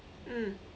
mm